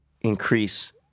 increase